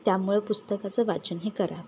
त्यामुळं पुस्तकाचं वाचन हे करा